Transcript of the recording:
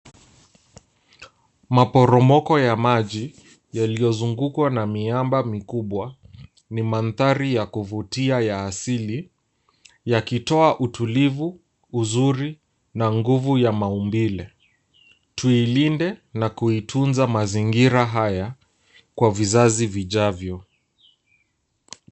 Maporomoko ya maji, yaliyozungukwa na miamba mikubwa, ni madhari ya kuvutia ya asili yakitoa utulivu, uzuri na nguvu ya maumbile. Tuilinde nakuitunza mazingira haya kwa vizazi vijavyo.